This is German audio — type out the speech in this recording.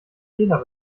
fehler